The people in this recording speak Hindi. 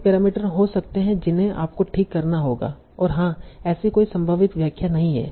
कई पैरामीटर हो सकते हैं जिन्हें आपको ठीक करना होगा और हाँ ऐसी कोई संभावित व्याख्या नहीं है